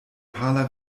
pala